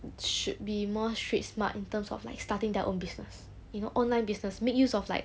should be more street smart in terms of like starting their own business you know online business make use of like